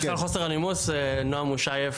סליחה על חוסר הנימוס שלי, נועה מושייב